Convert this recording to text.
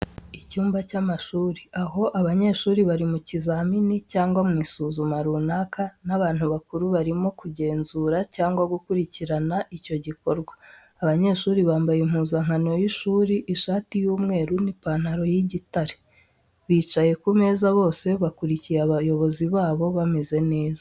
Icyumba cy'amashuri, aho abanyeshuri bari mu kizamini cyangwa mu isuzuma runaka n’abantu bakuru barimo kugenzura cyangwa gukurikirana icyo gikorwa. Abanyeshuri bambaye impuzankano y’ishuri, ishati y’umweru n’ipantaro y’igitare. Bicaye ku meza bose bakurikiye abayobozi babo bameze neza.